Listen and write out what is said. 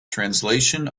translation